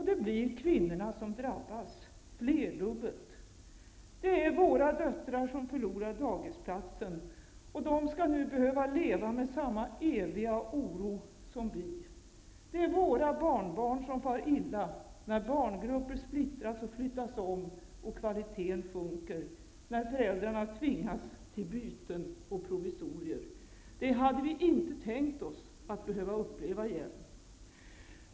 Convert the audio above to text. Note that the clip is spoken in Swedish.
Det blir kvinnorna som drabbas -- flerdubbelt. Det är våra döttrar som förlorar dagisplatsen, och de skall nu behöva leva med samma eviga oro som vi. Det är våra barnbarn som far illa när barngrupper splittras och flyttas om, när kvaliteten sjunker och när föräldrarna tvingas till byten och provisorier. Det hade vi inte tänkt oss att behöva uppleva igen.